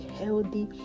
healthy